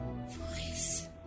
Voice